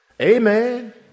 Amen